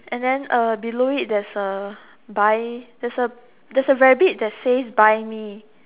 and then uh below it there's a buy there's a there's a rabbit that says buy me